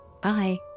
Bye